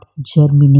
germinate